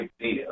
idea